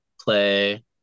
play